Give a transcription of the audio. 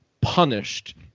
punished